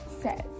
says